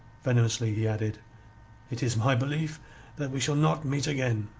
venomously he added it is my belief that we shall not meet again.